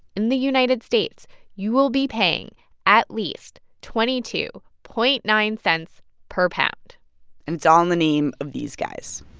in the united states you will be paying at least twenty two point nine cents per pound and it's all in the name of these guys